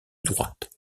droite